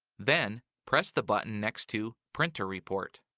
then, press the button next to printer report.